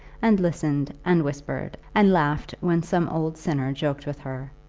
and listened, and whispered, and laughed when some old sinner joked with her,